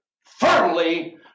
firmly